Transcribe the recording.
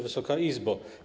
Wysoka Izbo!